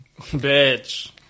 Bitch